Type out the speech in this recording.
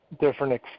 different